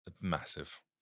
Massive